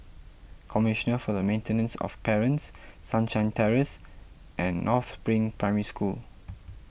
Commissioner for the Maintenance of Parents Sunshine Terrace and North Spring Primary School